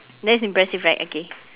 that's impressive right okay